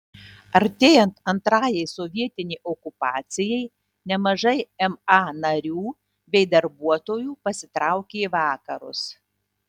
artėjant antrajai sovietinei okupacijai nemažai ma narių bei darbuotojų pasitraukė į vakarus